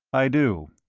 i do.